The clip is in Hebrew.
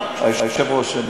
אדוני היושב-ראש,